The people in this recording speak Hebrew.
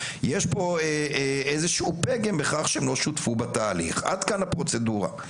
יש פה איזשהו פגם בכך שהם לא שותפו בתהליך זה לגבי הפרוצדורה.